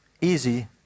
easy